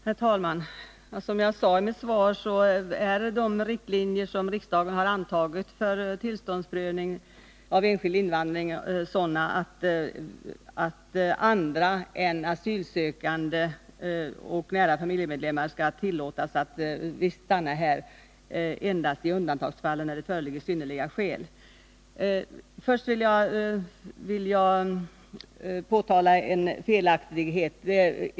Herr talman! Som jag sade i mitt svar är de riktlinjer som riksdagen har antagit för tillståndsprövning av enskild invandring sådana, att andra än asylsökande och nära familjemedlemmar skall tillåtas stanna här endast i undantagsfall och när synnerliga skäl föreligger. Först vill jag påtala en felaktighet.